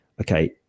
okay